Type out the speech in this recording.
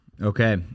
Okay